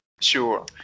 Sure